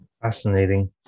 Fascinating